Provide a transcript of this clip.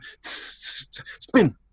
spin